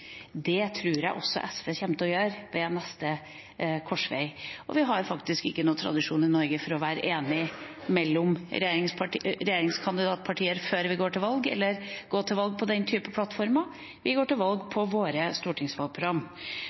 Det tror jeg også SV kommer til å gjøre ved neste korsvei. I Norge har vi faktisk ikke noe tradisjon for enighet mellom regjeringskandidatpartier før vi går til valg, eller å gå til valg på den type plattformer; vi går til valg på våre stortingsvalgprogram.